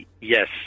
Yes